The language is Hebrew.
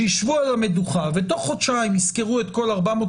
שישבו על המדוכה ובתוך חודשיים יסקרו את כל 450